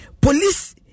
Police